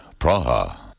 Praha